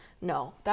No